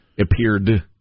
Appeared